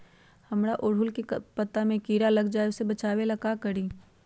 हमरा ओरहुल के पत्ता में किरा लग जाला वो से बचाबे ला का करी?